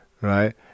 Right